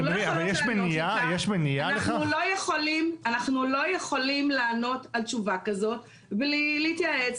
אנחנו לא יכולים לענות על תשובה כזאת בלי להתייעץ